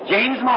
James